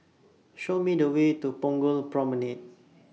Show Me The Way to Punggol Promenade